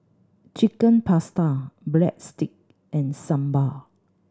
Chicken Pasta Breadstick and Sambar